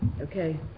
Okay